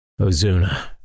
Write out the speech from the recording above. Ozuna